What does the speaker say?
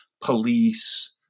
police